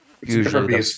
usually